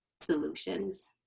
solutions